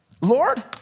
Lord